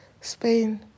Spain